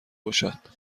بشود